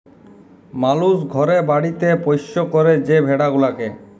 মালুস ঘরে বাড়িতে পৌষ্য ক্যরে যে ভেড়া গুলাকে